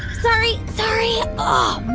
sorry. sorry. ah,